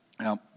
Now